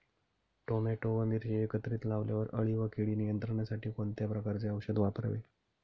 Tomato व मिरची एकत्रित लावल्यावर अळी व कीड नियंत्रणासाठी कोणत्या प्रकारचे औषध फवारावे?